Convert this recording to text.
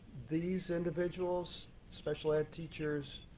these individuals, special ed teachers,